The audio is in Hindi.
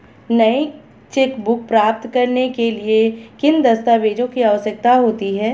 नई चेकबुक प्राप्त करने के लिए किन दस्तावेज़ों की आवश्यकता होती है?